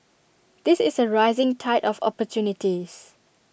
this is A rising tide of opportunities